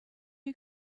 you